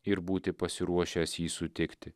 ir būti pasiruošęs jį sutikti